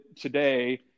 today